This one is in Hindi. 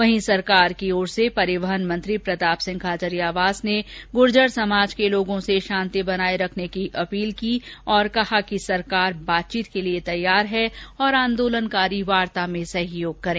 वहीं सरकार की ओर से परिवहन मंत्री प्रताप सिंह खाचरियावास ने गुर्जर समाज के लोगों से शांति बनाये रखने की अपील की और कहा कि सरकार बातचीत के लिये तैयार है और आंदोलनकारी वार्ता में सहयोग करें